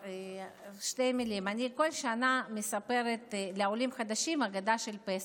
שתי מילים: אני כל שנה מספרת לעולים חדשים את ההגדה של פסח.